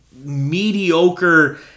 mediocre